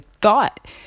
thought